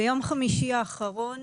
ביום חמישי האחרון